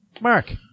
Mark